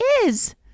is